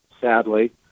sadly